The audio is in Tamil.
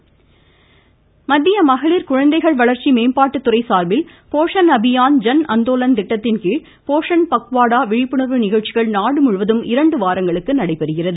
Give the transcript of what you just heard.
மமமமமமம போஷன்டஅபியான் மத்திய மகளிர் குழந்தைகள் வளர்ச்சி மேம்பாட்டுத்துறை சார்பில் போஷன் அபியான் ஜன் அந்தோலன் திட்டத்தின்கீழ் போஷன் பக்வாடா விழிப்புணர்வு நிகழ்ச்சிகள் நாடுமுழுவதும் இரண்டு வாரங்களுக்கு நடைபெறுகிறது